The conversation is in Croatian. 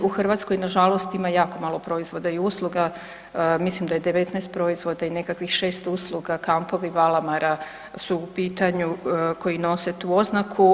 U Hrvatskoj nažalost ima jako malo proizvoda i usluga, mislim da je 19 proizvoda i nekakvih 6 usluga kampovi, VAlamara su u pitanju koji nose tu oznaku.